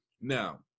Now